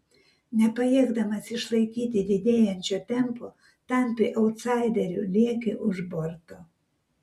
nepajėgdamas išlaikyti didėjančio tempo tampi autsaideriu lieki už borto